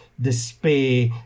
despair